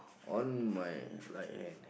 on my right hand